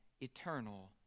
eternal